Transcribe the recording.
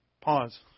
pause